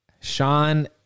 Sean